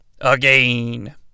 again